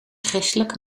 christelijk